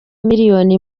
miliyoni